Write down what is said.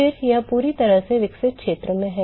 फिर यह पूरी तरह से विकसित क्षेत्र में है